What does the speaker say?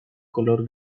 color